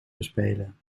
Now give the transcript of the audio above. bespelen